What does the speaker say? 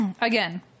again